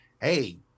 hey